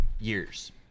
years